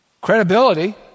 credibility